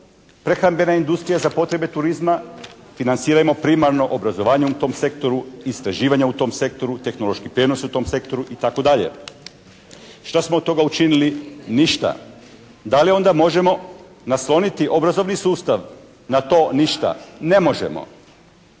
prehrambena industrija za potrebe turizma financirajmo primarno obrazovanje u tom sektoru, istraživanja u tom sektoru, tehnološki prijenos u tom sektoru itd. Šta smo od toga učinili? Ništa. Da li onda možemo nasloniti obrazovni sustav na to? Ništa, ne možemo.